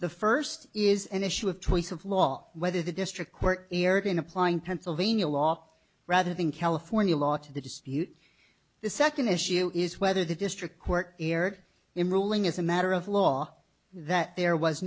the first is an issue of choice of law whether the district court airgun applying pennsylvania law rather than california law to the dispute the second issue is whether the district court erred in ruling as a matter of law that there was